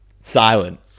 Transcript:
silent